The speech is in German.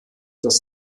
das